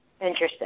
Interesting